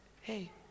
hey